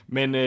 Men